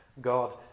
God